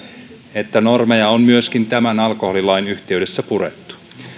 että normeja on myöskin tämän alkoholilain yhteydessä purettu